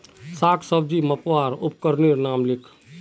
साग सब्जी मपवार उपकरनेर नाम लिख?